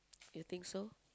you think so